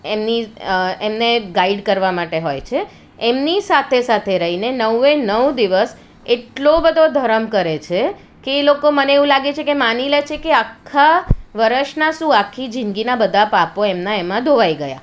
એમની એમને ગાઈડ કરવા માટે હોય છે એમની સાથે સાથે રહીને નવે નવ દિવસ એટલો બધો ધરમ કરે છે કે એ લોકો મને એવું લાગે છે કે માની લે છે કે આખા વરસનાં શું આખી જિંદગીનાં બધાં પાપો એમના એમાં ધોવાઈ ગયા